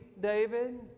David